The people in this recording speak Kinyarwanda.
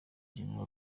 gen